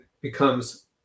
becomes